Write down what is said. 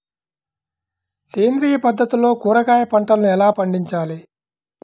సేంద్రియ పద్ధతుల్లో కూరగాయ పంటలను ఎలా పండించాలి?